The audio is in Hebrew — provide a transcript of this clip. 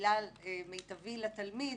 המילה מיטבי לתלמיד